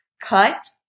cut